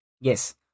Yes